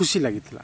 ଖୁସି ଲାଗିଥିଲା